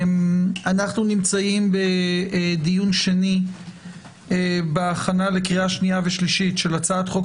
אנחנו בדיון שני בהכנה לקריאה שנייה ושלישית של הצעת חוק